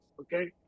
okay